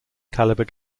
calibre